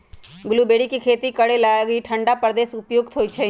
blueberry के खेती करे लागी ठण्डा प्रदेश उपयुक्त होइ छै